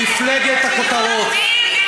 מפלגת הכותרות.